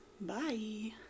Bye